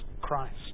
Christ